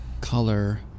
color